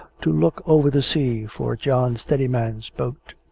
to look over the sea for john steadiman's boat.